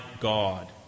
God